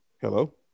Hello